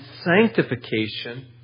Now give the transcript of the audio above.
sanctification